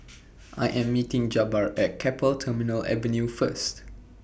I Am meeting Jabbar At Keppel Terminal Avenue First